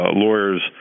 lawyers